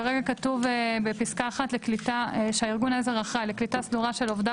כרגע כתוב בפסקה (1) "שארגון העזר אחראי לקליטה סדורה של עובדיו